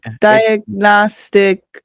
diagnostic